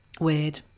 weird